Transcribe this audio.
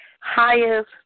highest